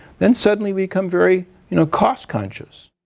then suddenly we become very you know cost-conscious.